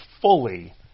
fully